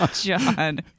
John